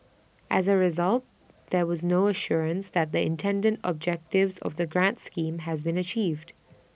as A result there was no assurance that the intended objectives of the grant schemes has been achieved